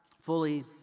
fully